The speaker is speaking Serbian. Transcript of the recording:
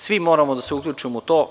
Svi moramo da se uključimo u to.